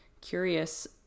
curious